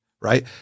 Right